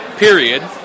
period